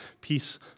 Peace